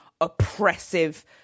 oppressive